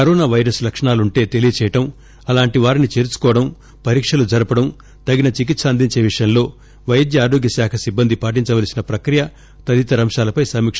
corona virus లక్షణాలుంటే తెలియజేయడం అలాంటి వారిని చేర్సుకోవడం పరీక్షలు జరుపడం తగిన చికిత్స అందించే విషయంలో వైద్య ఆరోగ్యశాఖ సిబ్బంది పాటించవల్సిన ప్రక్రియ తదితర అంశాలపై సమీక